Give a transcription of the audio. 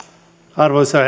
arvoisa